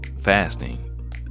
Fasting